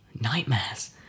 nightmares